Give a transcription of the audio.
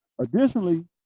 Additionally